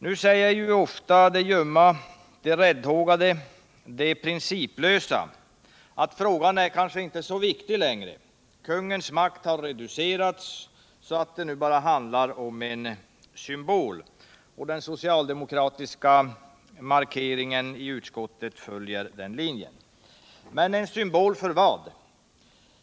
Nu säger de ljumma, de räddhågade, de principlösa att frågan kanske inte är så viktig längre. Kungens makt har reducerats så att det nu bara handlar om en symbol. Den socialdemokratiska markeringen i utskottet följer den linjen. Men en symbol för vad?